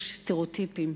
יש סטריאוטיפים.